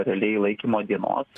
realiai laikymo dienos